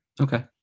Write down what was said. Okay